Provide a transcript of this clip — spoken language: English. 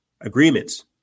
agreements